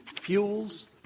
fuels